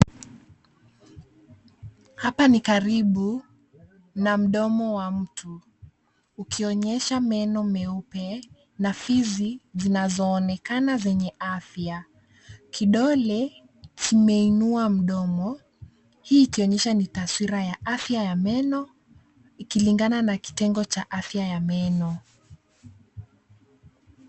Hapa ni karibu na mdomo wa mtu ukionyesha meno meupe na fizi zinazoonekana zenye afya. Kidole kimeinua mdomo, hii ikionyesha ni taswira ya afya ya meno ikilingana na kitengo cha afya ya meno.